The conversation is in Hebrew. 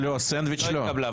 לא התקבלה.